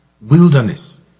wilderness